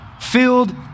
filled